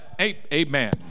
Amen